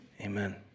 Amen